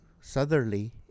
southerly